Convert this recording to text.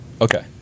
Okay